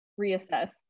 reassess